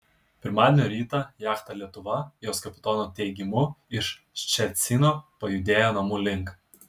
pirmadienio rytą jachta lietuva jos kapitono teigimu iš ščecino pajudėjo namų link